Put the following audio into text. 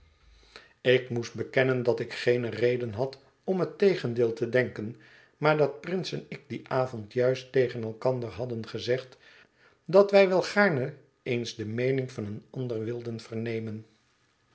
ik moest bekennen dat ik geene reden had om het tegendeel te denken maar dat prince en ik dien avond juist tegen elkander hadden gezegd dat wij wel gaarne eens de meening van een ander wilden vernemen